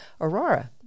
Aurora